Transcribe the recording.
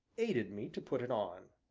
aided me to put it on.